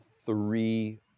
three